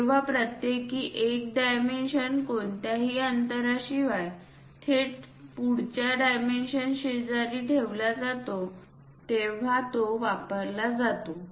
जेव्हा प्रत्येकी एक डायमेन्शन कोणत्याही अंतरांशिवाय थेट पुढच्या डायमेन्शनशेजारी ठेवला जातो तेव्हा तो वापरला जातो